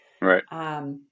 right